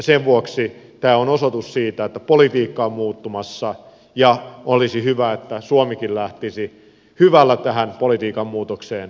sen vuoksi tämä on osoitus siitä että politiikka on muuttumassa ja olisi hyvä että suomikin lähtisi hyvällä tähän politiikan muutokseen mukaan